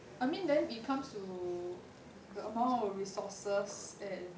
I mean then it comes to the amount of resources and